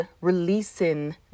releasing